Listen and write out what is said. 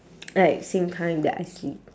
like same time that I sleep